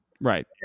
Right